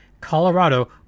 Colorado